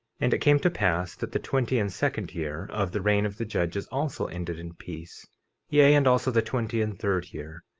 and it came to pass that the twenty and second year of the reign of the judges also ended in peace yea, and also the twenty and third year.